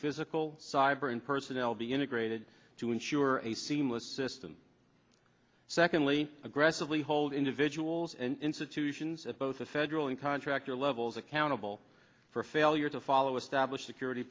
physical cyber and personnel be integrated to ensure a seamless system secondly aggressively hold individuals and institutions at both a federal and contractor levels accountable for failure to follow establish security